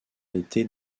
été